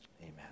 amen